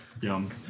Yum